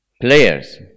players